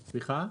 סליחה?